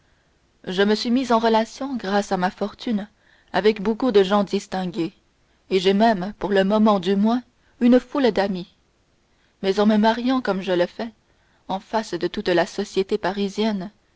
je me suis mis en relation grâce à ma fortune avec beaucoup de gens distingués et j'ai même pour le moment du moins une foule d'amis mais en me mariant comme je le fais en face de toute la société parisienne